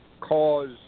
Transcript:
cause